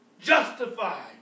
justified